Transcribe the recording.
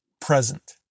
present